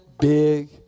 big